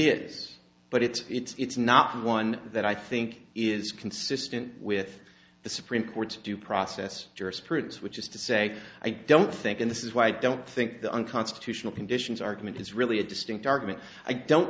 but it's it's not one that i think is consistent with the supreme court's due process jurisprudence which is to say i don't think in this is why i don't think the unconstitutional conditions argument is really a distinct argument i don't